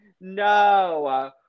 No